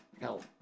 help